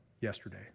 yesterday